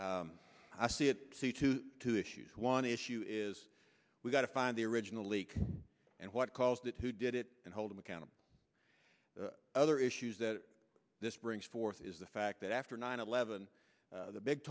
i see it two to two issues one issue is we've got to find the original leak and what caused it who did it and hold him accountable other issues that this brings forth is the fact that after nine eleven the big